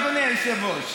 אדוני היושב-ראש,